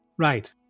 Right